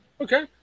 Okay